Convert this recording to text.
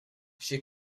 she